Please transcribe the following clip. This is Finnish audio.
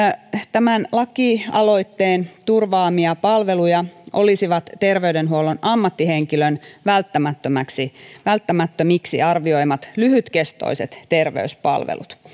tämän lakialoitteen turvaamia palveluja olisivat terveydenhuollon ammattihenkilön välttämättömiksi välttämättömiksi arvioimat lyhytkestoiset terveyspalvelut